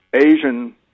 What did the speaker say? Asian